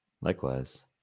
Likewise